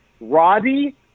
Roddy